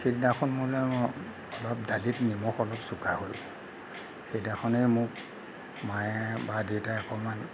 সিদিনাখন মানে দালিত নিমখ অলপ চোকা হ'ল সেইদিনাখনে মোক মায়ে বা দেউতায়ে অকণমান